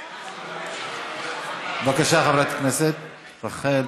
בבקשה, חברת הכנסת רחל.